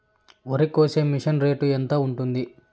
వరికోసే machine rate ఎంత ఉంటుంది?